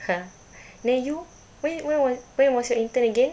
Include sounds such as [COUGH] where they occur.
[BREATH] then you where where was where was your intern again